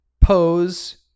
Pose